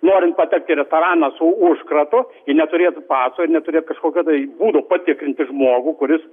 norint patekti į restoraną su užkratu ir neturėt paso ir neturėt kažkokio tai būdo patikrinti žmogų kuris